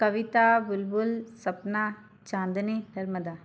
Kavita Bulbul Sapna Chandni Narmada